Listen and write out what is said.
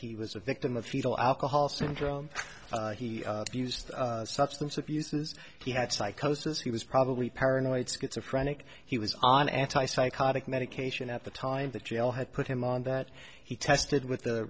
he was a victim of fetal alcohol syndrome he used substance abuse is he had psychosis he was probably paranoid schizophrenic he was on anti psychotic medication at the time that yale had put him on that he tested